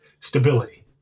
stability